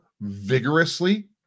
vigorously